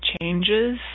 changes